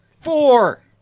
four